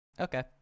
Okay